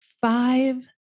five